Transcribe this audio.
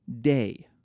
day